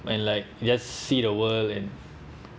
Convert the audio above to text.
and like just see the world and